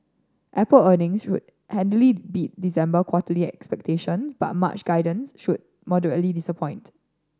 Apple earnings should handily beat December quarter expectation but March guidance should moderately disappoint